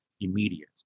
immediate